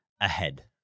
ahead